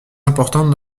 importante